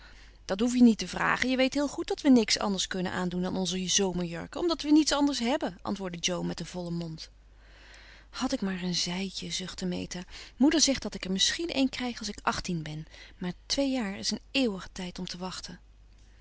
dat hoef je niet te vragen je weet heel goed dat wij niks anders kunnen aandoen dan onze zomerjurken omdat wij niets anders hebben antwoordde jo met een vollen mond had ik maar een zijdje zuchtte meta moeder zegt dat ik er misschien een krijg als ik achttien ben maar twee jaar is een eeuwige tijd om te wachten